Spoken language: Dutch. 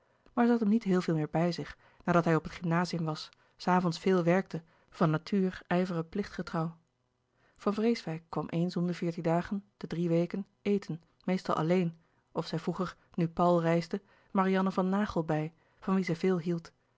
zij had hem niet heel veel meer bij zich nadat hij op het gymnazium was s avonds veel werkte van natuur ijveren plichtgetrouw van vreeswijck kwam eens om de veertien dagen de drie weken eten meestal alleen of zij vroeg er nu paul reisde marianne van naghel bij van wie zij veel hield